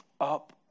up